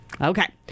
Okay